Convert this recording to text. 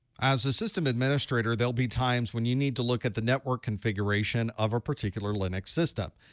as the system administrator, there'll be times when you need to look at the network configuration of a particular linux system.